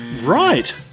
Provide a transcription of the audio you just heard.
Right